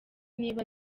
niba